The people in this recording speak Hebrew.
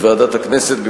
בוועדת הכנסת,